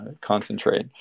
concentrate